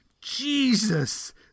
Jesus